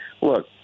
look